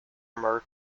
more